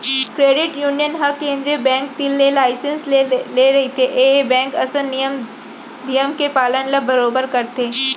credit union ह केंद्रीय bank तीर ले लाइसेंस ले रहिथे ए ह बेंक असन नियम धियम के पालन ल बरोबर करथे